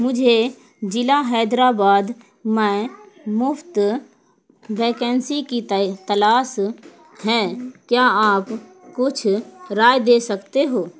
مجھے ضلع حیدرآباد میں مفت ویکینسی کی تلاس ہیں کیا آپ کچھ رائے دے سکتے ہو